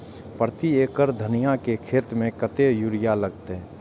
प्रति एकड़ धनिया के खेत में कतेक यूरिया लगते?